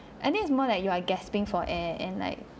I think it's more like you are gasping for air and like